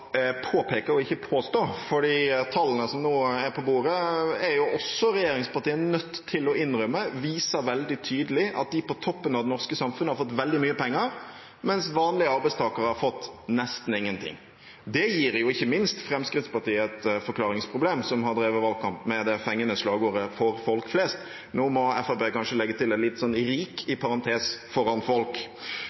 og ikke «påstå», for de tallene som nå er på bordet, er jo også regjeringspartiene nødt til å innrømme viser veldig tydelig at de på toppen av det norske samfunnet har fått veldig mye penger, mens vanlige arbeidstakere nesten ikke har fått noen ting. Det gir jo ikke minst Fremskrittspartiet et forklaringsproblem, som har drevet valgkamp med det fengende slagordet «for folk flest». Nå må Fremskrittspartiet kanskje legge til